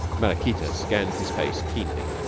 maraquita scanned his face keenly.